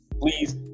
please